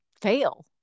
fail